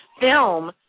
film